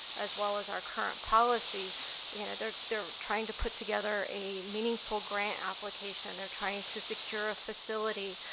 as well as our current policy you know they're they're trying to put together a meaningful grant application. they're trying to secure a facility,